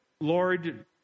Lord